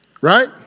right